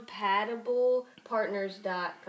Compatiblepartners.com